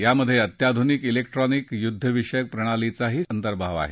यामधे अत्याधुनिक जेक्ट्रॉनिक युद्धविषयक प्रणालीचाही अंतर्भाव आहे